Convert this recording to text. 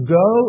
go